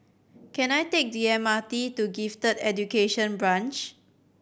can I take the M R T to Gifted Education Branch